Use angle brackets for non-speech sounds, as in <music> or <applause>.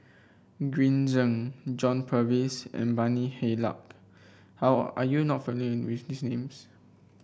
Green Zeng John Purvis and Bani Haykal <unintelligible> are you not familiar with these names